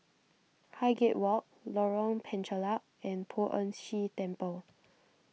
Highgate Walk Lorong Penchalak and Poh Ern Shih Temple